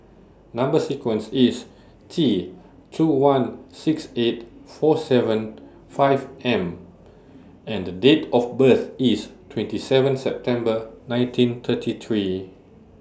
Number sequence IS T two one six eight four seven five M and Date of birth IS twenty seven September nineteen thirty three